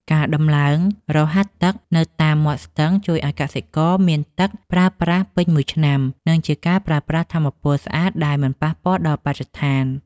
ការដំឡើងរហាត់ទឹកនៅតាមមាត់ស្ទឹងជួយឱ្យកសិករមានទឹកប្រើប្រាស់ពេញមួយឆ្នាំ និងជាការប្រើប្រាស់ថាមពលស្អាតដែលមិនប៉ះពាល់ដល់បរិស្ថាន។